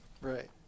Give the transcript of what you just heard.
right